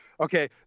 Okay